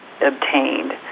obtained